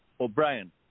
O'Brien